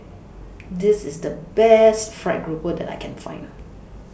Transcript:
This IS The Best Fried Grouper that I Can Find